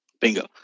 Bingo